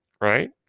right